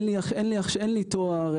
אין לי תואר,